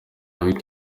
week